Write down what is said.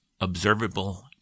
observable